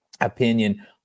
opinion